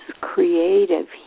creative